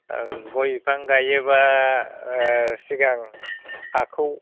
ओ गय बिफां गायोबा ओ सिगां हाखौ